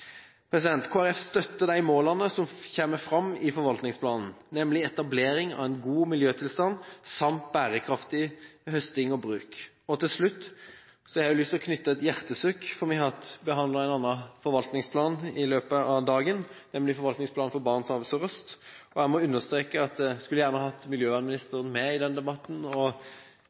støtter de målene som kommer fram i forvaltningsplanen, nemlig etablering av en god miljøtilstand samt bærekraftig høsting og bruk. Til slutt har jeg lyst til å komme med et hjertesukk, for vi har behandlet en annen forvaltningsplan i løpet av dagen, nemlig forvaltningsplanen for Barentshavet sørøst: Jeg skulle gjerne hatt miljøvernministeren med i den debatten og